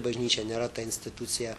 bažnyčia nėra ta institucija